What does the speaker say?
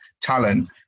talent